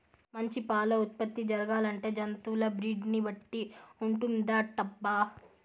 మంచి పాల ఉత్పత్తి జరగాలంటే జంతువుల బ్రీడ్ ని బట్టి ఉంటుందటబ్బా